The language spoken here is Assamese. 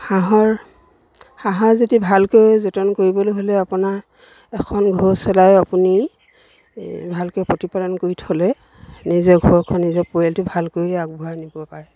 হাঁহৰ হাঁহৰ যদি ভালকৈ যতন কৰিবলৈ হ'লে আপোনাৰ এখন ঘৰ চলাই আপুনি ভালকৈ প্ৰতিপালন কৰি থ'লে নিজৰ ঘৰখন নিজৰ পৰিয়ালটো ভালকৈ আগবঢ়াই নিব পাৰে